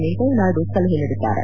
ವೆಂಕಯ್ಯನಾಯ್ಡು ಸಲಹೆ ನೀಡಿದ್ದಾರೆ